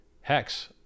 Hex